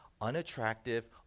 unattractive